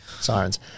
Sirens